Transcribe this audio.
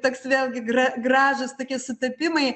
ir toks vėlgi gra gražūs tokie sutapimai